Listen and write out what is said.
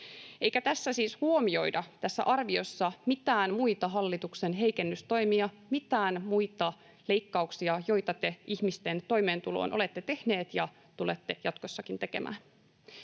Eikä tässä arviossa siis huomioida mitään muita hallituksen heikennystoimia, mitään muita leikkauksia, joita te ihmisten toimeentuloon olette tehneet ja tulette jatkossakin tekemään.